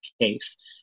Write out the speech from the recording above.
case